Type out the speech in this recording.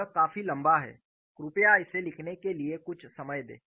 यह काफी लंबा है कृपया इसे लिखने के लिए कुछ समय दें